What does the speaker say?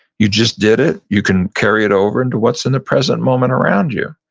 you just did it. you can carry it over into what's in the present moment around you,